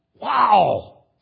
Wow